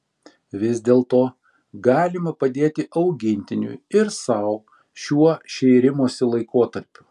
vis dėlto galima padėti augintiniui ir sau šiuo šėrimosi laikotarpiu